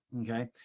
Okay